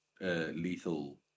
lethal